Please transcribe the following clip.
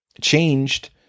changed